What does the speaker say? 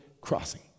crossing